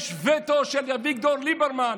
יש וטו של אביגדור ליברמן,